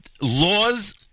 laws